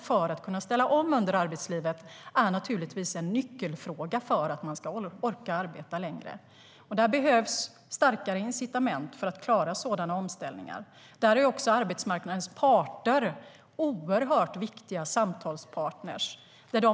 Att kunna ställa om under arbetslivet är en nyckelfråga för att orka arbeta längre. Det behövs starkare incitament för att klara sådana omställningar. Där är arbetsmarknadens parter oerhört viktiga samtalspartner.